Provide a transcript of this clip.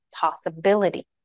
possibility